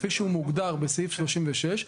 כפי שהוא מוגדר בסעיף 36,